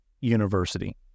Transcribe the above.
university